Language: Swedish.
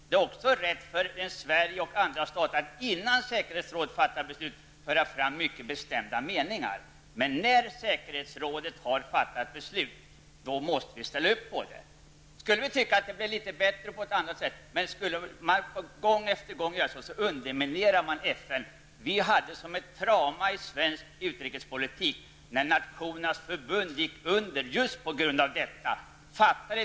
Det är också rätt av Sverige och andra stater att innan säkerhetsrådet fattar beslut föra fram mycket bestämda meningar. Men när säkerhetsrådet har fattat beslutet, måste vi ställa upp bakom det. Skulle man tycka att det skulle kunna bli bättre på annat sätt och gång på gång hävda det, underminerar man FN. Det var ett trauma i svensk utrikespolitik när Nationernas Förbund gick under just på grund av ett sådant agerande.